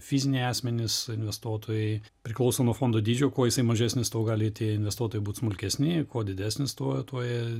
fiziniai asmenys investuotojai priklauso nuo fondo dydžio kuo jisai mažesnis tuo gali tie investuotojai būti smulkesni kuo didesnis tuo tuo jie